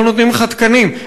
לא נותנים לך תקנים,